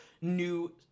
new